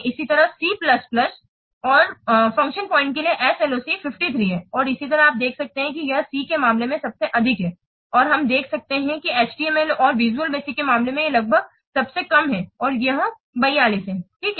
इसी तरह C plus और फ़ंक्शन पॉइंट के लिए SLOC 53 है और इस तरह आप देख सकते हैं कि यह C के मामले में सबसे अधिक है और हम देख सकते हैं कि HTML और विजुअल बेसिक के मामले में यह लगभग सबसे कम है और यह 42 ठीक है